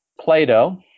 Plato